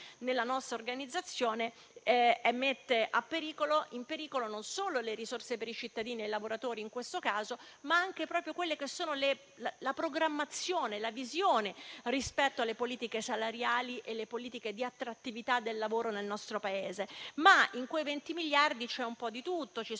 nella nostra organizzazione mette in pericolo non solo le risorse per i cittadini e i lavoratori, in questo caso, ma anche la programmazione e la visione rispetto alle politiche salariali e alle politiche di attrattività del lavoro nel nostro Paese. In quei 20 miliardi c'è un po' di tutto: le